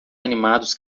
animados